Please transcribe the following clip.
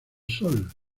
sol